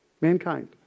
mankind